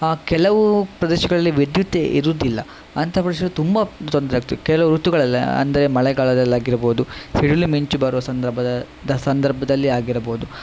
ಆ ಕೆಲವು ಪ್ರದೇಶಗಳಲ್ಲಿ ವಿದ್ಯುತ್ತೇ ಇರುವುದಿಲ್ಲ ಅಂಥ ಪ್ರದೇಶದಲ್ಲಿ ತುಂಬ ತೊಂದರೆ ಆಗ್ತು ಕೆಲವು ಋತುಗಳಲ್ಲಿ ಅಂದರೆ ಮಳೆಗಾಲದಲ್ಲಾಗಿರಬಹುದು ಸಿಡಿಲು ಮಿಂಚು ಬರುವ ಸಂದರ್ಭ ಸಂದರ್ಭದಲ್ಲಿ ಆಗಿರಬಹುದು